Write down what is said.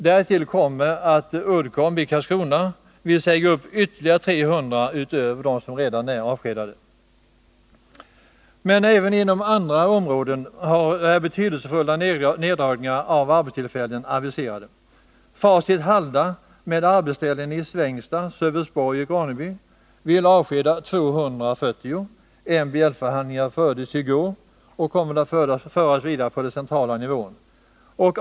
Därtill kommer att Uddcombi Karlskrona vill säga upp 300 människor utöver dem som redan är avskedade. Även inom andra områden är stora neddragningar av arbetstillfällen aviserade. Facit, med arbetsställen i Svängsta, Sölvesborg och Ronneby, vill avskeda 240 personer - MBL-förhandlingar fördes i går och kommer att föras vidare på central nivå.